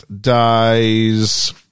dies